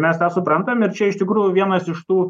mes tą suprantam ir čia iš tikrųjų vienas iš tų